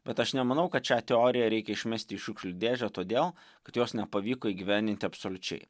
bet aš nemanau kad šią teoriją reikia išmesti šiukšlių dėžę todėl kad jos nepavyko įgyvendinti absoliučiai